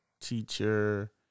teacher